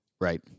Right